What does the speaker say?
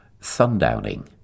Sundowning